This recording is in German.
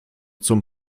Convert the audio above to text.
zum